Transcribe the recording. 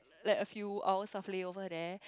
like a few hours of layover there